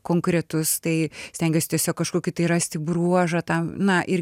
konkretus tai stengiuosi tiesiog kažkokį tai rasti bruožą tą na ir